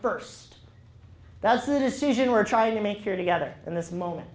first that's a decision we're trying to make here together in this moment